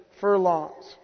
furlongs